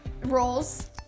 rolls